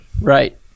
Right